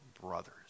brothers